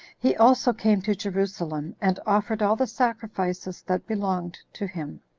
he also came to jerusalem, and offered all the sacrifices that belonged to him,